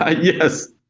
ah yes.